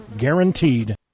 Guaranteed